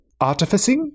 artificing